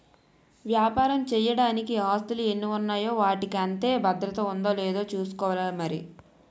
వ్యాపారం చెయ్యడానికి ఆస్తులు ఎన్ని ఉన్నాయో వాటికి అంతే భద్రత ఉందో లేదో చూసుకోవాలి మరి